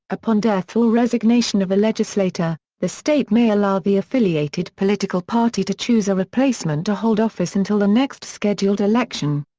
upon death or resignation of a legislator, the state may allow the affiliated political party to choose a replacement to hold office until the next scheduled election.